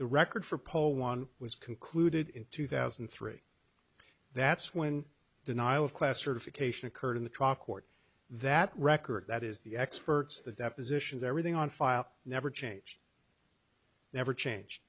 the record for poll one was concluded in two thousand and three that's when denial of class certification occurred in the trial court that record that is the experts the depositions everything on file never changed never change